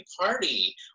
party